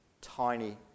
tiny